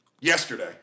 yesterday